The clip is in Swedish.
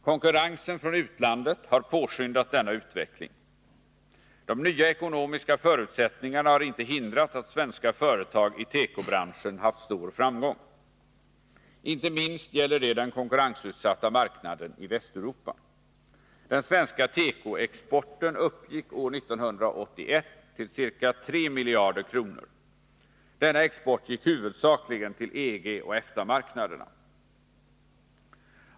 Konkurrensen från utlandet har påskyndat denna utveckling. De nya ekonomiska förutsättningarna har inte hindrat att svenska företag i tekobranschen haft stor framgång. Inte minst gäller det den konkurrensutsatta marknaden i Västeuropa. Den svenska tekoexporten uppgick år 1981 till ca 3 miljarder kronor. Denna export gick huvudsakligen till EG och EFTA-marknaderna.